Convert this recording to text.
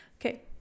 Okay